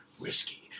whiskey